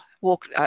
walk